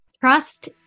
Trust